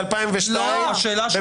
ב-2002,